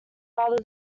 rather